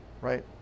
right